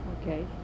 okay